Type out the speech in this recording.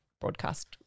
broadcast